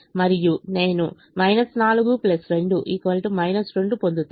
మరియు నేను 4 2 2 పొందుతాను